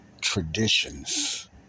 traditions